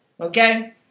Okay